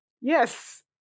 Yes